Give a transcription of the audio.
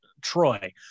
Troy